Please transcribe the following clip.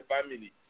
family